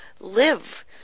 live